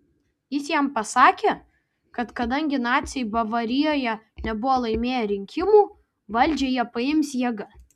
jis jam pasakė kad kadangi naciai bavarijoje nebuvo laimėję rinkimų valdžią jie paims jėga